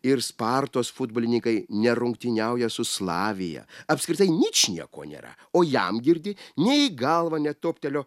ir spartos futbolininkai nerungtyniauja su slavija apskritai ničnieko nėra o jam girdi ne į galvą netoptelėjo